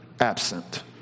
absent